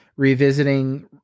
revisiting